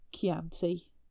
Chianti